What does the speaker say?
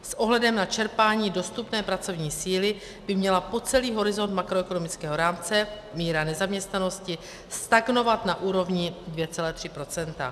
S ohledem na čerpání dostupné pracovní síly by měla po celý horizont makroekonomického rámce míra nezaměstnanosti stagnovat na úrovni 2,3 %.